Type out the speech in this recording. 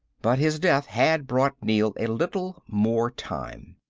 but his death had bought neel a little more time.